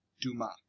Duma